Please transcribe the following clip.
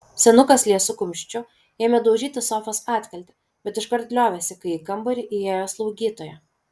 senukas liesu kumščiu ėmė daužyti sofos atkaltę bet iškart liovėsi kai į kambarį įėjo slaugytoja